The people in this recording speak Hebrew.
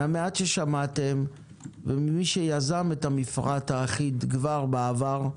מהמעט ששמעתם וממי שיזם את המפרט האחיד כבר בעבר,